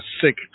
sick